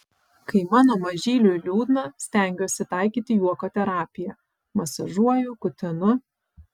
kai mano mažyliui liūdna stengiuosi taikyti juoko terapiją masažuoju kutenu